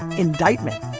indictment,